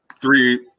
three